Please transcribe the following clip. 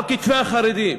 על כתפי החרדים,